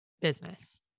business